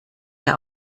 der